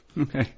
Okay